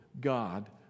God